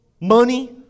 money